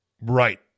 Right